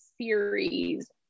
series